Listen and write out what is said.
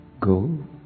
Go